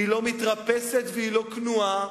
היא לא מתרפסת והיא לא כנועה,